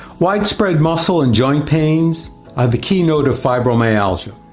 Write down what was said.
widespread muscle and joint pains are the keynote of fibromyalgia.